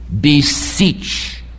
beseech